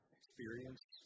experience